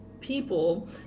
people